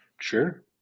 Sure